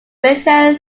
brescia